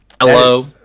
hello